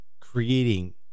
creating